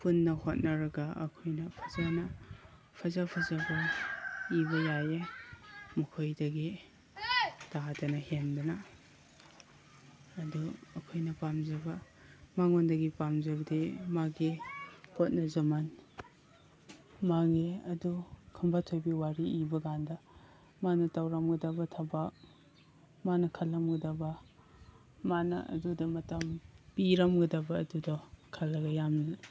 ꯄꯨꯟꯅ ꯍꯣꯠꯅꯔꯒ ꯑꯩꯈꯣꯏꯅ ꯐꯖꯅ ꯐꯖꯕ ꯐꯖꯕ ꯏꯕ ꯌꯥꯏꯌꯦ ꯃꯈꯣꯏꯗꯒꯤ ꯇꯥꯗꯅ ꯍꯦꯟꯗꯅ ꯑꯗꯨ ꯑꯩꯈꯣꯏꯅ ꯄꯥꯝꯖꯕ ꯃꯉꯣꯟꯗꯒꯤ ꯄꯥꯝꯖꯕꯗꯤ ꯃꯥꯒꯤ ꯍꯣꯠꯅꯖꯃꯟ ꯃꯥꯒꯤ ꯑꯗꯨ ꯈꯝꯕ ꯊꯣꯏꯕꯤ ꯋꯥꯔꯤ ꯏꯕꯀꯥꯟꯗ ꯃꯥꯅ ꯇꯧꯔꯝꯒꯗꯕ ꯊꯕꯛ ꯃꯥꯅ ꯈꯜꯂꯝꯒꯗꯕ ꯃꯥꯅ ꯑꯗꯨꯗ ꯃꯇꯝ ꯄꯤꯔꯝꯒꯗꯕ ꯑꯗꯨꯗꯣ ꯈꯜꯂꯒ ꯌꯥꯝꯅ